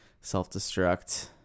self-destruct